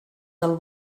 del